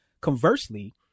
Conversely